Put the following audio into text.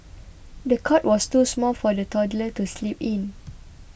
the cot was too small for the toddler to sleep in